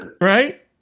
right